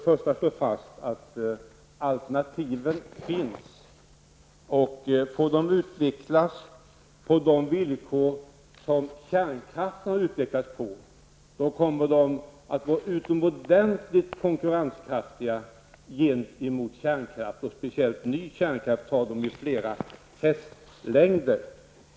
Herr talman! Låt mig för det första slå fast att alternativen finns. Får de utvecklas på samma villkor som kärnkraften så kommer de att vara utomordentligt konkurrenskraftiga gentemot kärnkraften. Speciell ny kärnkraft tar de med flera hästlängder.